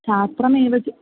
शास्त्रमेव क्